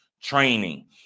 training